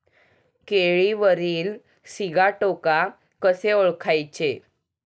केळीवरील सिगाटोका कसे ओळखायचे?